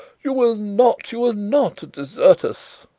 you will not you will not desert us?